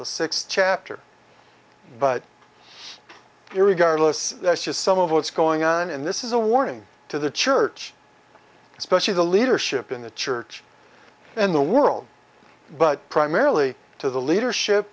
the sixth chapter but regardless that's just some of what's going on in this is a warning to the church especially the leadership in the church in the world but primarily to the leadership